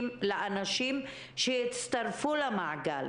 לאנשים שהצטרפו למעגל